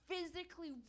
physically